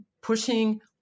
pushing